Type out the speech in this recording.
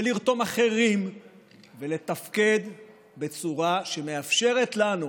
לרתום אחרים ולתפקד בצורה שמאפשרת לנו,